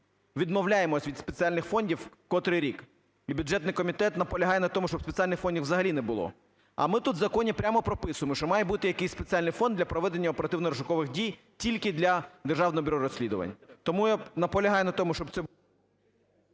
відмовляємося від спеціальних фондів котрий рік, і бюджетний комітет наполягає на тому, щоби спеціальних фондів взагалі не було. А ми тут в законі прямо прописуємо, що має бути якийсь спеціальний фонд для проведення оперативно-розшукових дій тільки для Державного бюро розслідувань. Тому я наполягаю на тому, щоб це…